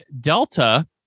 Delta